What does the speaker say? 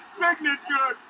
signature